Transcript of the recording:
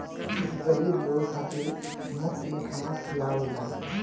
ई गरीब लोग खातिर मुफ्त में खाना खिआवेला